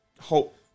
hope